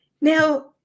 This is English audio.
now